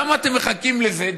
למה אתם מחכים לזה?